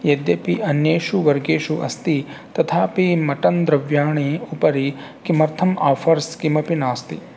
यद्यपि अन्येषु वर्गेषु अस्ति तथापि मटन् द्रव्याणाम् उपरि किमर्थम् आफ़र्स् किमपि नास्ति